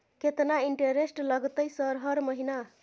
केतना इंटेरेस्ट लगतै सर हर महीना?